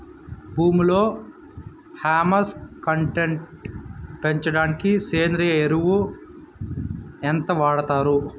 భూమిలో humus content పెంచడానికి సేంద్రియ ఎరువు ఎంత వాడుతారు